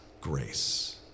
grace